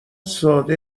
ساده